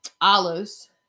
olives